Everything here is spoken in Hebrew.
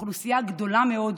אוכלוסייה גדולה מאוד,